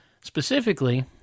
Specifically